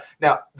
Now